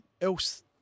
else